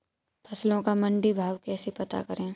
फसलों का मंडी भाव कैसे पता करें?